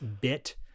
bit